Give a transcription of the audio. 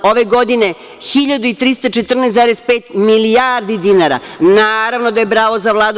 Ove godine 1.314,5 milijardi dinara, naravno da je bravo za Vladu.